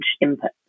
input